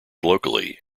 locally